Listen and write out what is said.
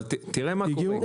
תראה מה קורה.